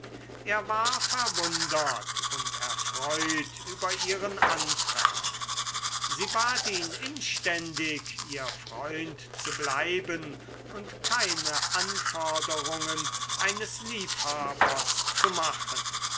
er war verwundert und erfreut über ihren antrag sie bat ihn inständig ihr freund zu bleiben und keine anforderungen eines liebhabers zu machen